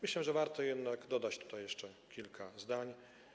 Myślę, że warto jednak dodać tutaj jeszcze kilka zdań.